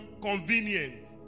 convenient